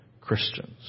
Christians